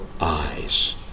eyes